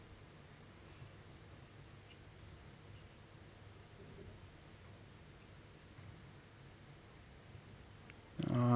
ah~